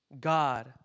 God